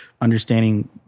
understanding